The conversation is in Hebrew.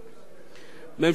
ממשלה שעומדת